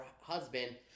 husband